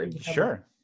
sure